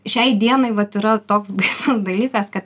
šiai dienai vat yra toks baisus dalykas kad